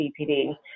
BPD